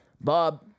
Bob